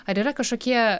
ar yra kažkokie